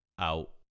out